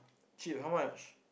cheap how much